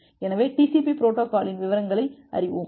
எனவே TCP பொரோட்டோகாலின் விவரங்களை அறிவோம்